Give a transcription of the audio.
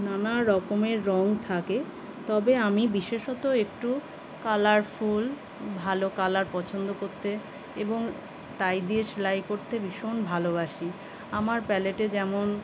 নানা রকমের রং থাকে তবে আমি বিশেষত একটু কালারফুল ভালো কালার পছন্দ করতে এবং তাই দিয়ে সেলাই করতে ভীষণ ভালোবাসি আমার প্যালেটে যেমন